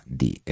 di